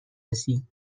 رسید